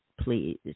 please